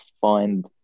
find